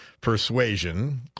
Persuasion